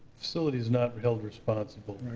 facility is not held responsible.